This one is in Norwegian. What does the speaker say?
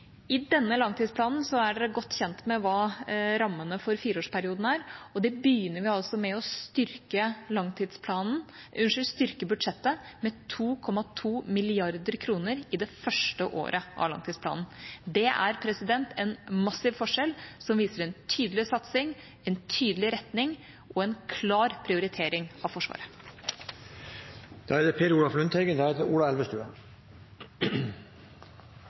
I denne langtidsplanen er man godt kjent med hva rammene for fireårsperioden er. Vi begynner altså med å styrke budsjettet med 2,2 mrd. kr i det første året av langtidsplanen. Det er en massiv forskjell, som viser en tydelig satsing, en tydelig retning og en klar prioritering av Forsvaret. Representanten Elin Rodum Agdestein bruker sterke ord mot Senterpartiet, så sterke ord at vi er en trussel mot nasjonale interesser. Jeg har hørt det